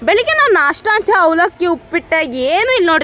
ಬೆಳಿಗ್ಗೆ ನಾವು ನಾಷ್ಟಾ ಅಂತ ಅವಲಕ್ಕಿ ಉಪ್ಪಿಟ್ಟು ಏನೂ ಇಲ್ಲ ನೋಡಿರಿ